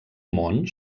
món